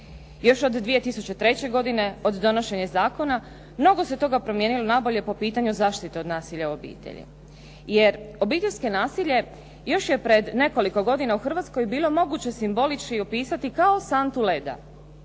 Još od 2003. godine od donošenja zakona mnogo se toga promijenilo na bolje po pitanju zaštite od nasilja u obitelji, jer obiteljsko nasilje još je pred nekoliko godina u Hrvatskoj bilo moguće simbolično opisati i kao santu leda,